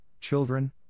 Children